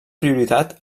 prioritat